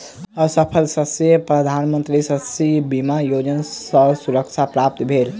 असफल शस्यक प्रधान मंत्री फसिल बीमा योजना सॅ सुरक्षा प्राप्त भेल